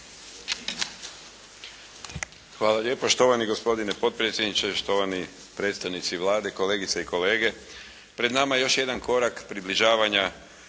Hvala lijepa štovani gospodine potpredsjedniče, štovani predstavnici Vlade, kolegice i kolege. Pred nama je još jedan korak približavanja